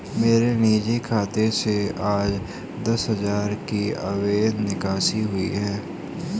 मेरे निजी खाते से आज दस हजार की अवैध निकासी हुई है